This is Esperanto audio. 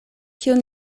kiun